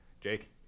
Jake